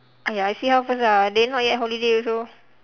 !aiya! I see how first ah they not yet holiday also